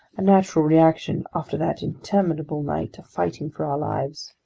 a natural reaction after that interminable night of fighting for our lives.